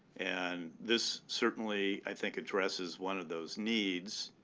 and this certainly, i think, addresses one of those needs.